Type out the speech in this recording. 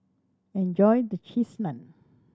enjoy the Cheese Naan